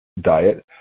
diet